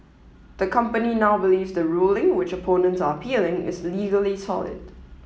the company now believes the ruling which opponents are appealing is legally solid